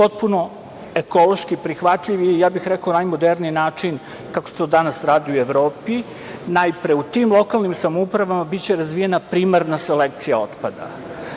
potpuno ekološki prihvatljiv, i ja bih rekao najmoderniji način, kako se to danas radi u Evropi. Najpre, u tim lokalnim samoupravama biće razvijena primarna selekcija otpada.